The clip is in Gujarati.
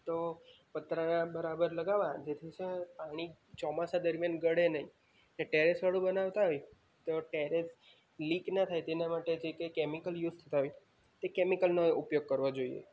તો પતરા બરાબર લગાવવા જેથી શું પાણી ચોમાસા દરમિયાન ગળે નહીં એ ટેરેસવાળું બનાવતા હોય તો ટેરેસ લીક ના થાય તેના માટે જે કંઈ કેમિકલ યુસ થાય એ કેમિકલનો ઉપયોગ કરવો જોઈએ